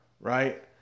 right